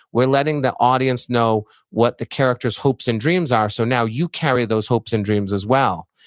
we're letting the audience know what the characters' hopes and dreams are, so now you carry those hopes and dreams as well,